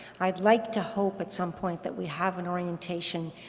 i'd like to hope at some point that we have an orientation,